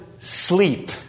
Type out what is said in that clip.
sleep